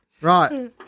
Right